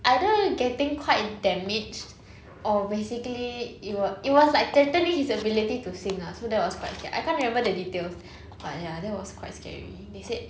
either getting quite damaged or basically it wa~ it was like threatening his the ability to sing ah so that was quite okay I can't remember the details but ya that was quite scary they said